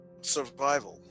survival